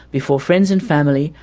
before friends and family,